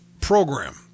program